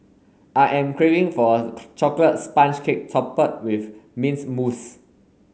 I am craving for a chocolate sponge cake with mint mousse